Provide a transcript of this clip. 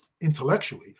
intellectually